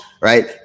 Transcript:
Right